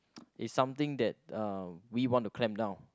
is something that uh we want to clamp down